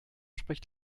spricht